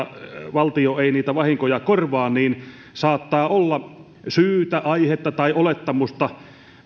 valtio ei niitä vahinkoja korvaa saattaa olla syytä aihetta tai olettamusta